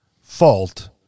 fault